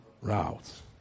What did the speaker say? routes